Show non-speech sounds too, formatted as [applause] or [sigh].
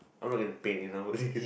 how long they have to pay me now for this [laughs]